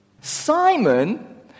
Simon